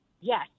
Yes